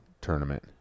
tournament